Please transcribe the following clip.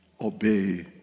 obey